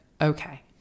okay